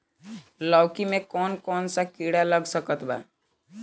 लौकी मे कौन कौन सा कीड़ा लग सकता बा?